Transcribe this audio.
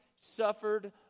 suffered